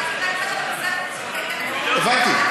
הבנתי.